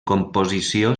composició